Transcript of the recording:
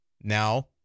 Now